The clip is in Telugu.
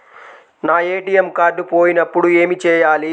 నా ఏ.టీ.ఎం కార్డ్ పోయినప్పుడు ఏమి చేయాలి?